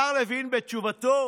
השר לוין בתשובתו